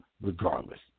regardless